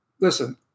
Listen